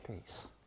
peace